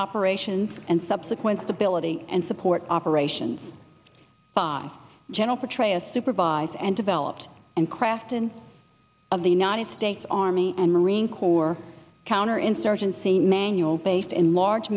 operations and subsequent stability and support operations by general petraeus supervised and developed and craft and of the united states army and marine corps counterinsurgency manual based in large